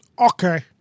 Okay